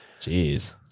Jeez